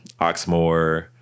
Oxmoor